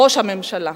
ראש הממשלה.